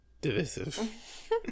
divisive